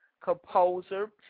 Composer